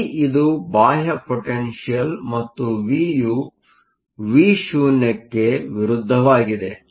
V ಇದು ಬಾಹ್ಯ potential ಮತ್ತು ವಿ ಯು V0 ಗೆ ವಿರುದ್ಧವಾಗಿದೆ